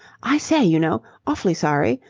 i say, you know, awfully sorry.